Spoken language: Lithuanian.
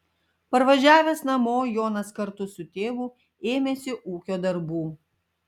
parvažiavęs namo jonas kartu su tėvu ėmėsi ūkio darbų